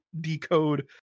decode